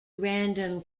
random